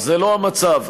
זה לא המצב.